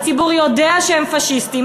הציבור יודע שהם פאשיסטים,